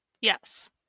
yes